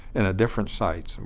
and at different sites.